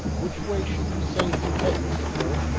which way should you say he'd head, mr. cole?